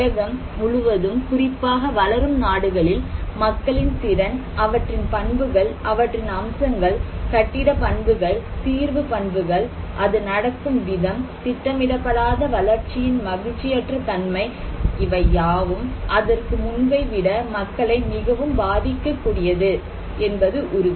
உலகம் முழுவதும் குறிப்பாக வளரும் நாடுகளில் மக்களின் திறன் அவற்றின் பண்புகள் அவற்றின் அம்சங்கள் கட்டிட பண்புகள் தீர்வு பண்புகள் அது நடக்கும் விதம் திட்டமிடப்படாத வளர்ச்சியின் மகிழ்ச்சியற்ற தன்மை இவையாவும் அதற்கு முன்பை விட மக்களை மிகவும் பாதிக்கக்கூடியது என்பது உறுதி